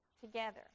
together